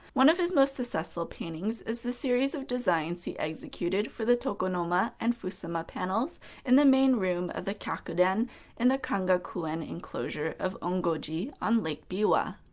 one of his most successful paintings is the series of designs he executed for the tokonoma and fusuma panels in the main room of the kyakuden in the kangakuin enclosure of onjo-ji on lake biwa.